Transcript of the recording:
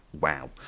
Wow